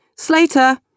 Slater